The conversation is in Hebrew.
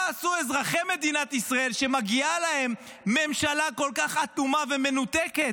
מה עשו אזרחי מדינת ישראל שמגיעה להם ממשלה כל כך אטומה ומנותקת?